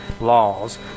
laws